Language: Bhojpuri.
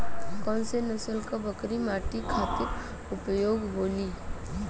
कौन से नसल क बकरी मीट खातिर उपयोग होली?